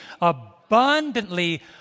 abundantly